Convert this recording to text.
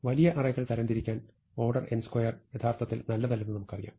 വലിയ അറേകൾ തരംതിരിക്കാൻ ഓർഡർ n2 യഥാർത്ഥത്തിൽ നല്ലതല്ലെന്ന് നമുക്കറിയാം